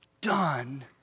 done